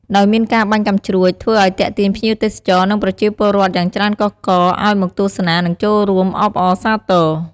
ដោយមានការបាញ់កាំជ្រួច ធ្វើឲ្យទាក់ទាញភ្ញៀវទេសចរ និងប្រជាពលរដ្ឋយ៉ាងច្រើនកុះករឲ្យមកទស្សនា និងចូលរួមអបអរសាទរ។